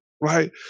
right